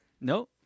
No